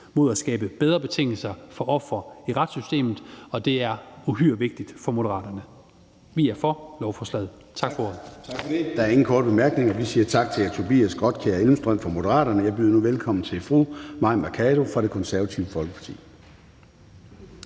mod at skabe bedre betingelser for ofre i retssystemet, og det er uhyre vigtigt for Moderaterne. Vi er for lovforslaget. Tak for ordet. Kl. 15:35 Formanden (Søren Gade): Tak for det. Der er ingen korte bemærkninger. Vi siger tak til hr. Tobias Grotkjær Elmstrøm fra Moderaterne. Jeg byder nu velkommen til fru Mai Mercado fra Det Konservative Folkeparti.